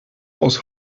aus